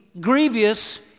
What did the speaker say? grievous